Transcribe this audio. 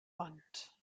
wand